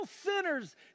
sinners